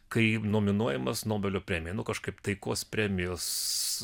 kai nominuojamas nobelio premijai kažkaip taikos premijos